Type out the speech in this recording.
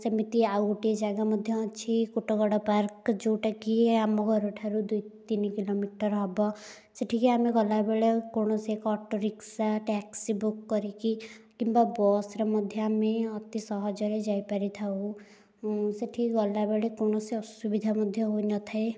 ସେମିତି ଆଉ ଗୋଟିଏ ଜାଗା ମଧ୍ୟ ଅଛି କୁଟଗଡ଼ ପାର୍କ ଯେଉଁଟାକି ଆମ ଘରଠାରୁ ଦୁଇ ତିନି କିଲୋମିଟର ହେବ ସେଠିକି ଆମେ ଗଲାବେଳେ କୌଣସି ଏକ ଅଟୋରିକ୍ସା ଟ୍ୟାକ୍ସି ବୁକ୍ କରିକି କିମ୍ବା ବସ୍ରେ ମଧ୍ୟ ଆମେ ଅତି ସହଜରେ ଯାଇପାରିଥାଉ ସେଠିକି ଗଲାବେଳେ କୌଣସି ଅସୁବିଧା ମଧ୍ୟ ହୋଇନଥାଏ